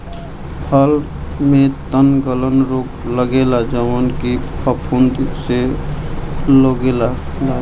फूल में तनगलन रोग लगेला जवन की फफूंद से लागेला